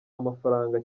amafaranga